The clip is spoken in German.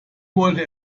wollte